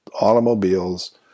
automobiles